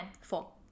four